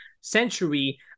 century